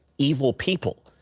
evil people?